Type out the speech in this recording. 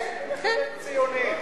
כן, כן, תפסיקי לחלק ציונים.